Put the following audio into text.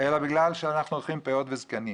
אלא רק בגלל שאנחנו בעלי פאות וזקנים.